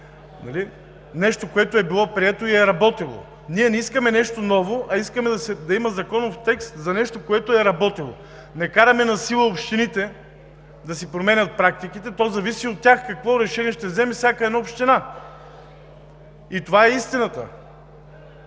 нещо, което е било прието и е работело. Ние не искаме нещо ново, а искаме да има законов текст за нещо, което е работело. Не караме насила общините да си променят практиките. Зависи от тях какво решение ще вземе всяка една община. Това е истината.